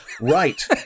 Right